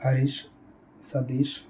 Harish Satish